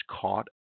caught